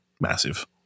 massive